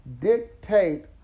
dictate